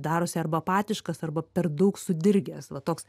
darosi arba apatiškas arba per daug sudirgęs va toks